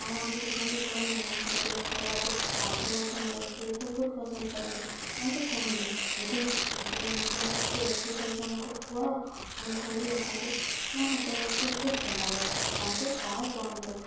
ଆଉ ଆମ ଦୋକାନରେ ଯେଉଁମାନେ ଆସନ୍ତି ଖାଇବାକୁ ତାଙ୍କେ ମଧ୍ୟ ମୋ ରୋଷେଇ ବହୁତ ପସନ୍ଦ କରନ୍ତି ତାଙ୍କେ କୁହନ୍ତି ଦିଦି ନୂତନ ନୂତନ କିଛି ରୋଷେଇ କରିକି ଆମକୁ ଖୁଆ ଆଉ ଆମ ଘର ଲୋକଙ୍କୁ ମୋ ହାତରେ ରୋଷେଇ ବହୁତ ଭଲଲାଗେ ତାଙ୍କେ ପ୍ରାୟ କୁହନ୍ତୁ